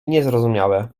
niezrozumiałe